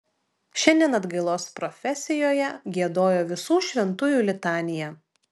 šiandien atgailos profesijoje giedojo visų šventųjų litaniją